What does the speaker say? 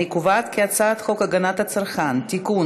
הצעת חוק הגנת הצרכן (תיקון,